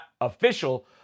official